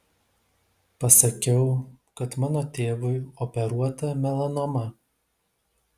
pasakiau kad mano tėvui operuota melanoma